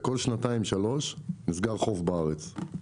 כל שנתיים-שלוש נסגר בארץ חוף,